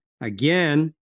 Again